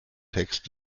text